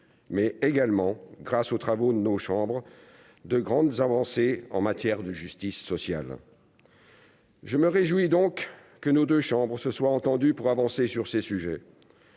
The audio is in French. mais également grâce aux travaux nos chambres de grandes avancées en matière de justice sociale. Je me réjouis donc que nos 2 chambres se soient entendus pour avancer sur ces sujets,